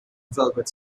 velvet